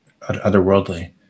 otherworldly